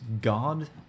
God